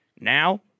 now